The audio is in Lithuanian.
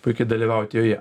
puikiai dalyvaut joje